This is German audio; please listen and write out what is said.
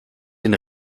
den